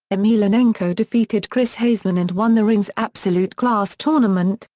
emelianenko defeated chris haseman and won the rings absolute class tournament,